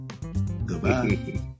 Goodbye